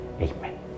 Amen